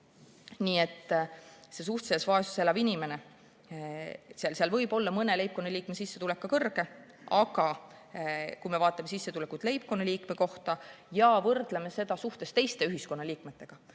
Nii et suhtelises vaesuses elavate inimeste puhul võib mõne leibkonnaliikme sissetulek olla ka kõrge, aga kui me vaatame sissetulekut leibkonnaliikme kohta ja võrdleme seda suhtes teiste ühiskonnaliikmetega